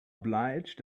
obliged